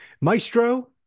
Maestro